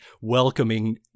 welcoming